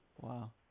Wow